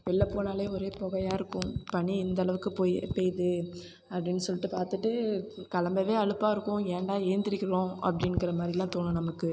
வெளில போனாலே ஒரே புகையா இருக்கும் பனி எந்தளவுக்கு போய் பெயிது அப்படினு சொல்லிட்டு பார்த்துட்டு கிளம்பவே அலுப்பாக இருக்கும் ஏன்டா ஏழுந்திரிக்குறோம் அப்படின்ங்குற மாதிரிலாம் தோணும் நமக்கு